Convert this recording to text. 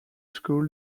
school